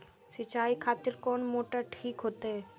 सीचाई खातिर कोन मोटर ठीक होते?